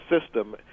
system